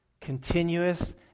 continuous